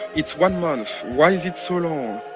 it's one month. why is it so long?